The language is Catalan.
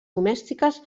domèstiques